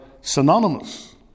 synonymous